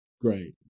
great